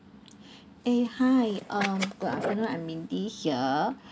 eh hi um good afternoon I'm mindy here